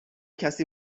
کسی